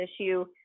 issue